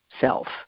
self